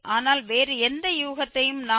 ஆனால் வேறு எந்த யூகத்தையும் நாம் 0